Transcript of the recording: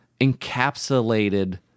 encapsulated